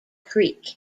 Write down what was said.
creek